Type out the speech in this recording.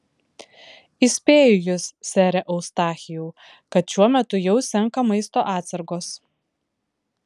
įspėju jus sere eustachijau kad šiuo metu jau senka maisto atsargos